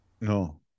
No